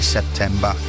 September